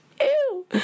Ew